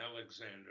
Alexander